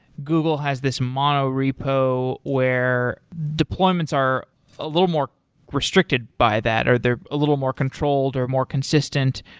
google has this mono repo where deployments are a little more restricted by that, or they're a little more controlled, or more consistent,